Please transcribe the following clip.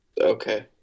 Okay